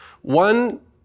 One